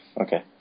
Okay